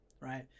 Right